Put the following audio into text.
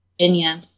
Virginia